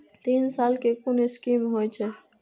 तीन साल कै कुन स्कीम होय छै?